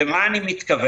לְמה אני מתכוון?